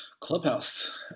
Clubhouse